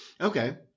Okay